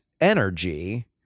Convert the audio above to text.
energy